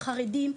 החרדים,